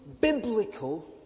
biblical